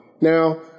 Now